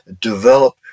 develop